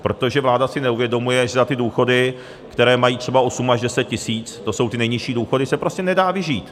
Protože vláda si neuvědomuje, že za ty důchody, které mají třeba 8 až 10 tis., to jsou ty nejnižší důchody, se prostě nedá vyžít.